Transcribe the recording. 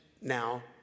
now